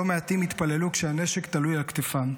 לא מעטים התפללו כשהנשק תלוי על כתפם,